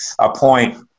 appoint